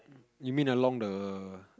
you mean along the